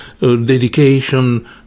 dedication